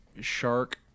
shark